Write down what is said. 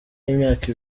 y’imyaka